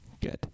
Good